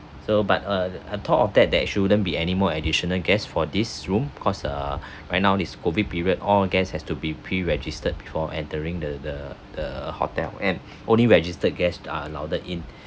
so but uh on top of that that shouldn't be any more additional guests for this room because uh right now is COVID period all our guest has to be pre registered before entering the the the hotel and only registered guests are allowed in